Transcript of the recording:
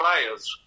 players